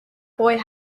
boy